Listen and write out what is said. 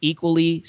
Equally